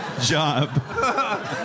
job